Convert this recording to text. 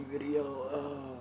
video